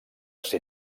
ser